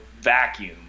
vacuum